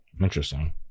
Interesting